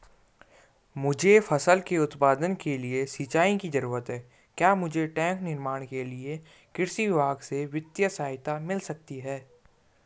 मुझे फसल के उत्पादन के लिए सिंचाई की जरूरत है क्या मुझे टैंक निर्माण के लिए कृषि विभाग से वित्तीय सहायता मिल सकती है?